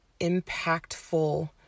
impactful